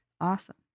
Awesome